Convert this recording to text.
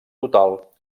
total